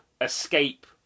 escape